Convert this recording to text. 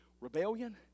rebellion